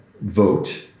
vote